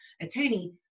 attorney